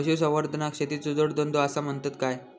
पशुसंवर्धनाक शेतीचो जोडधंदो आसा म्हणतत काय?